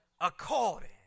according